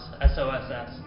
S-O-S-S